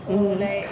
mmhmm